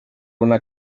una